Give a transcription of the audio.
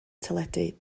teledu